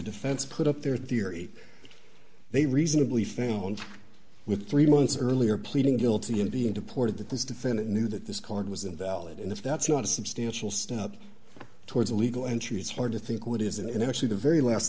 defense put up their theory they reasonably found with three months earlier pleading guilty and being deported that this defendant knew that this calling was invalid and if that's not a substantial step towards legal entry it's hard to think what is it actually the very last